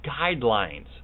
guidelines